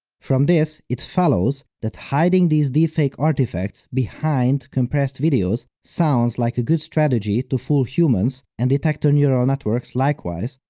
from this, it follows that hiding these deepfake artifacts behind compressed videos sounds like a good strategy to fool humans and detector neural networks likewise,